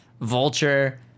Vulture